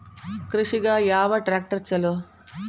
ಕೃಷಿಗ ಯಾವ ಟ್ರ್ಯಾಕ್ಟರ್ ಛಲೋ?